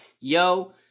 Yo